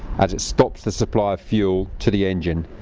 as it stops the supply of fuel to the engine.